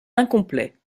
incomplets